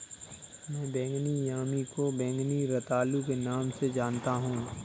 मैं बैंगनी यामी को बैंगनी रतालू के नाम से जानता हूं